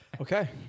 Okay